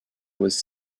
was